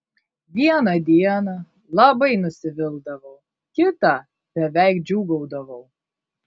vieną dieną labai nusivildavau kitą beveik džiūgaudavau